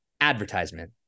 advertisement